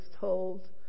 told